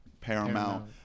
Paramount